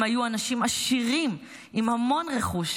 הם היו אנשים עשירים עם המון רכוש,